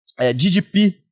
GDP